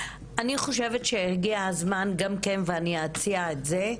אני חושבת שהגיע הזמן גם כן, ואני אציע את זה,